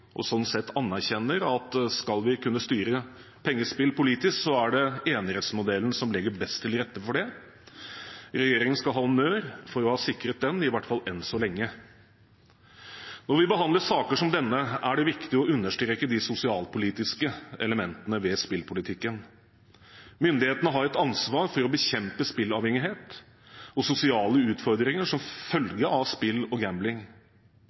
og sånn sett anerkjenner at skal vi kunne styre pengespill politisk, er det enerettsmodellen som legger best til rette for det. Regjeringen skal ha honnør for å ha sikret den i hvert fall enn så lenge. Når vi behandler saker som denne, er det viktig å understreke de sosialpolitiske elementene ved spillpolitikken. Myndighetene har et ansvar for å bekjempe spillavhengighet og sosiale utfordringer som følge av spill og gambling.